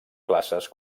classes